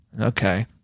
Okay